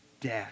death